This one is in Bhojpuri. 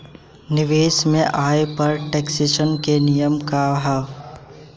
निवेश के आय पर टेक्सेशन के नियम का ह?